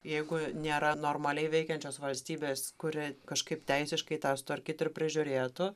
jeigu nėra normaliai veikiančios valstybės kuri kažkaip teisiškai tą sutvarkytų ir prižiūrėtų